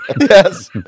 Yes